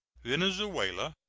venezuela,